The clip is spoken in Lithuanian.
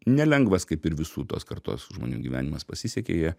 nelengvas kaip ir visų tos kartos žmonių gyvenimas pasisekė jie